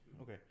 Okay